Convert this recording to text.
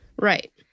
Right